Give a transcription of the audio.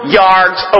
yards